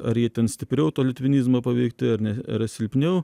ar jie ten stipriau to litvinizmo paveikti ar ne silpniau